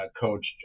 Coach